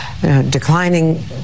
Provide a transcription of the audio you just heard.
declining